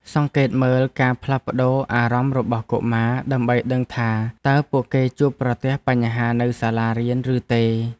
សង្កេតមើលការផ្លាស់ប្តូរអារម្មណ៍របស់កុមារដើម្បីដឹងថាតើពួកគេជួបប្រទះបញ្ហានៅសាលារៀនឬទេ។